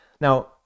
Now